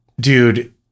dude